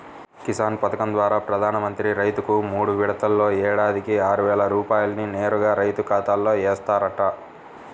కిసాన్ పథకం ద్వారా ప్రధాన మంత్రి రైతుకు మూడు విడతల్లో ఏడాదికి ఆరువేల రూపాయల్ని నేరుగా రైతు ఖాతాలో ఏస్తారంట